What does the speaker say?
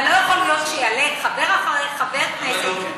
אבל לא יכול להיות שיעלה חבר כנסת אחרי חבר כנסת,